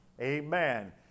Amen